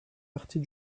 partie